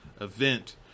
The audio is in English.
event